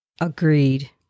Agreed